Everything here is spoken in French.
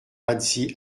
razzy